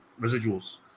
residuals